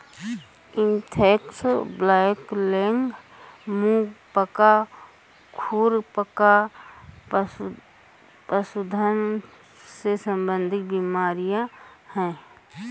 anthrax, blackleg, मुंह पका, खुर पका पशुधन से संबंधित बीमारियां हैं